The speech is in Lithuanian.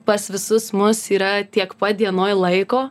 pas visus mus yra tiek pat dienoj laiko